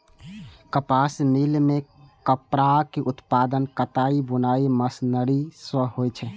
कपास मिल मे कपड़ाक उत्पादन कताइ बुनाइ मशीनरी सं होइ छै